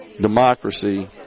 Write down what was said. democracy